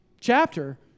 chapter